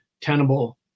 tenable